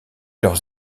leurs